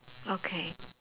okay